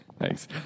Thanks